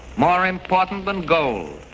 more important than gold.